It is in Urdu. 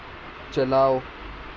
چلاؤ